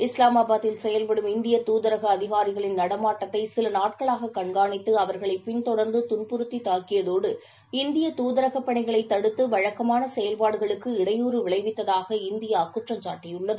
இஸ்லாமாபாத்தில் செயல்படும் இந்திய தூதரக அதிகாரிகளின் நடமாட்டத்தை சில நாட்களாக கண்காணித்து அவர்களை பின்தொடர்நது துன்புறுத்தி தூக்கியதோடு இந்திய தூதரக பணிகளைத் தடுத்து வழக்கமான செயல்பாடுகளுக்கு இடையூறு விளைவித்ததாக இந்தியா குற்றம் சாட்டியுள்ளது